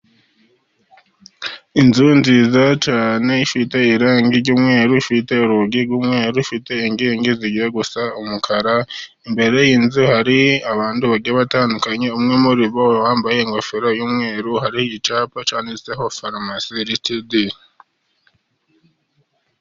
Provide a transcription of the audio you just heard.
Inzu nziza cyane ifite irangi ry'umweru, ifite urugi rw'umweru, ifite inkingi zigiye gusa umukara. Imbere y'inzu hari abantu batandukanye, umwe muri bo wambaye ingofero y'umweru, hari icyapa cyanditseho farumasi ritidi.